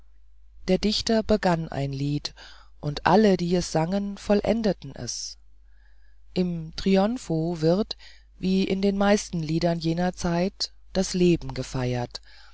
der dichter begann ein lied und alle die es sangen vollendeten es im trionfo wird wie in den meisten liedern jener zeit das leben gefeiert